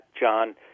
John